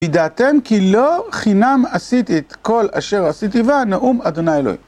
ידעתם כי לא חינם עשיתי את כל אשר עשיתי והנאום אדוני אלוהים.